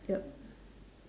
yup